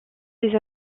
ces